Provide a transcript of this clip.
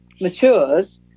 matures